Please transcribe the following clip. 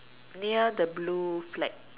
near the blue flag